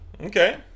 Okay